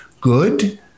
good